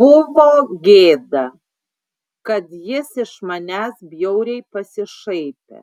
buvo gėda kad jis iš manęs bjauriai pasišaipė